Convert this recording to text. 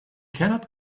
cannot